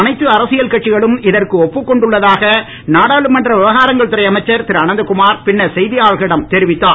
அனைத்து அரசியல் கட்சிகளும் இதற்கு ஒப்புக் கொண்டுன்ளதாக நாடாளுமன்ற விவகாரங்கள் துறை அமைச்சர் திரு அனந்தகுமார் பின்னர் செய்தியாளர்களிடம் தெரிவித்தார்